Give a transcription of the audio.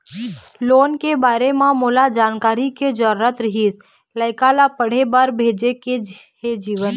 loan के बारे म मोला जानकारी के जरूरत रीहिस, लइका ला पढ़े बार भेजे के हे जीवन